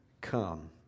come